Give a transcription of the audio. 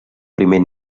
primer